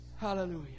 Hallelujah